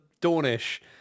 Dornish